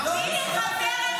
--- אתה לא מתבייש?